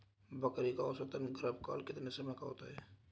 बकरी का औसतन गर्भकाल कितने समय का होता है?